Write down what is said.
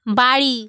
বাড়ি